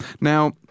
Now